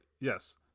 Yes